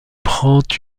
prend